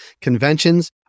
conventions